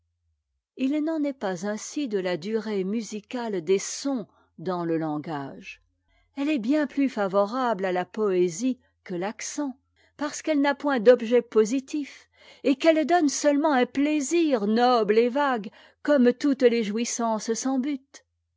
h n'en est pas ainsi de la durée musicale des sons dans le langage elle est bien plus favorable à la poésie q ue l'accent parce qu'elle n'a point d'objet positif et qu'elle donne seulement un plaisir noble et vague comme toutes les jouissances sans but